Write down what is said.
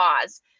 cause